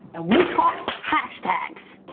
and we talk hashtags.